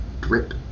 drip